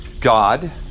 God